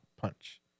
punch